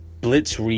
blitz